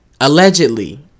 allegedly